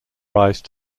rise